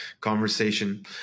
conversation